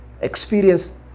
experience